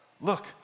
Look